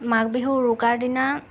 মাঘ বিহুৰ উৰুকাৰ দিনা